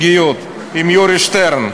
הוא פה.